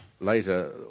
later